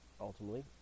Ultimately